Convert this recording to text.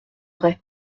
vrai